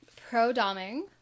pro-doming